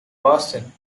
boston